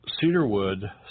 cedarwood